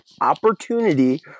opportunity